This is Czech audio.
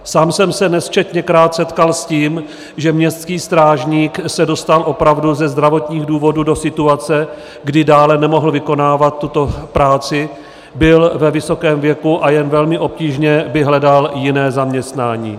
Sám jsem se nesčetněkrát setkal s tím, že městský strážník se dostal opravdu ze zdravotních důvodů do situace, kdy dále nemohl vykonávat tuto práci, byl ve vysokém věku a jen velmi obtížně vyhledal jiné zaměstnání.